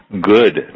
good